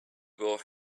will